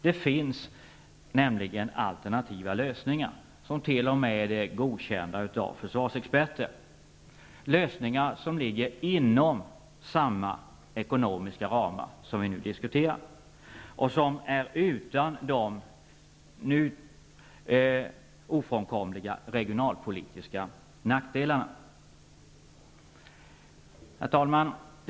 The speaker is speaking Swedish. Det finns nämligen alternativa lösningar som t.o.m. är godkända av försvarsexperter, lösningar som ligger inom samma ekonomiska ramar som vi nu diskuterar och som är utan de nu ofrånkomliga regionalpolitiska nackdelarna. Herr talman!